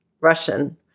Russian